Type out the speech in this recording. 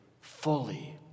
fully